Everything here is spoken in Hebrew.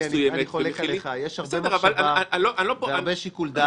אני לא בורח משום נתון.